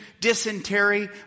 dysentery